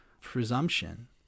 presumption